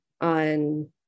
on